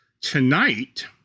tonight